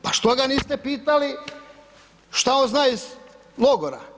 Pa što ga niste pitali što on zna iz logora?